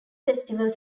festival